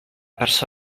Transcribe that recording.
perso